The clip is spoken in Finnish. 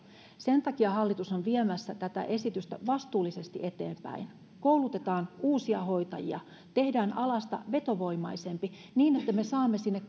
sen takia hallitus on viemässä tätä esitystä vastuullisesti eteenpäin koulutetaan uusia hoitajia tehdään alasta vetovoimaisempi niin että me saamme sinne